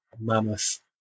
mammoth